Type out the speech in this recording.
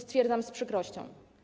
Stwierdzam to z przykrością.